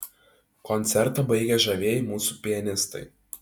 koncertą baigė žavieji mūsų pianistai